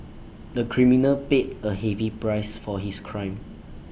the criminal paid A heavy price for his crime